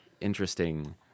interesting